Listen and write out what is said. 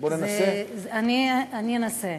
זה לא דבר בלתי מוגבל.